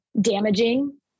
damaging